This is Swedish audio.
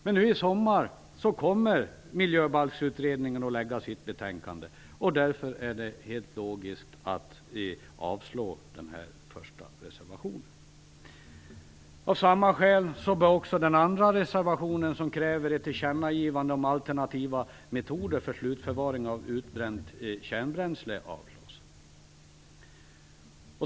Men nu i sommar kommer Miljöbalksutredningen att lägga fram sitt betänkande, och därför är det helt logiskt att avslå den första reservationen. Av samma skäl bör också den andra reservationen, som kräver ett tillkännagivande om alternativa metoder för slutförvaring av utbränt kärnbränsle, avslås.